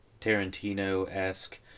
Tarantino-esque